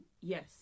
yes